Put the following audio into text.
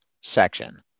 section